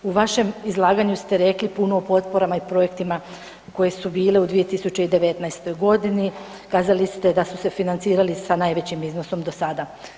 U vašem izlaganju ste rekli puno o potporama i projektima koje su bile u 2019. g., kazali ste da su se financirali sa najvećim iznosom do sada.